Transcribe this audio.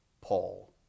Paul